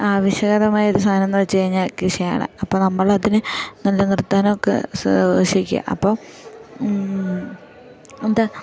ആവശ്യകതമായ ഒരു സാധനമെന്നു വെച്ചു കഴിഞ്ഞാൽ കൃഷിയാണ് അപ്പം നമ്മളതിന് നല്ല നിർത്താനൊക്കെ സൂക്ഷിക്കുക അപ്പം എന്താ